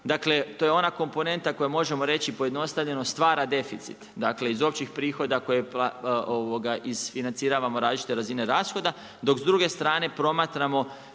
dakle, to je ona komponenta koju možemo reći, pojednostavljeno stvara deficit. Dakle, iz općih prihoda koje izfinanciravamo različite razine rashoda, dok s druge strane promatramo,